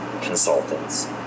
consultants